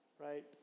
right